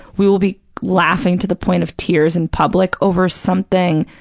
we will be laughing to the point of tears in public over something,